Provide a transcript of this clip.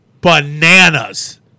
bananas